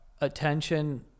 Attention